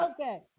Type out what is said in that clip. Okay